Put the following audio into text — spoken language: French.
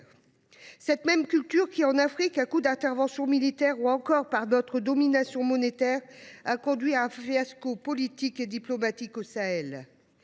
Cette même culture, en Afrique, à coups d’interventions militaires ou encore par notre domination monétaire, a conduit à un fiasco politique et diplomatique au Sahel.